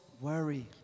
worry